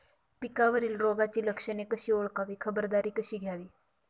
पिकावरील रोगाची लक्षणे कशी ओळखावी, खबरदारी कशी घ्यावी?